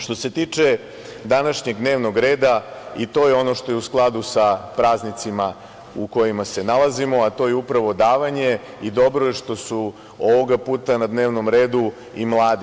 Što se tiče današnjeg dnevnog reda i to je ono što je u skladu sa praznicima u kojima se nalazimo, a to je upravo davanje i dobro je što su ovoga puta na dnevnom redu i mladi.